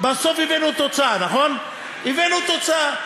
בסוף הבאנו תוצאה, הבאנו תוצאה.